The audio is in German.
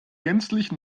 gänzlich